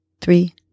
three